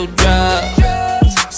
drugs